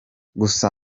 gusa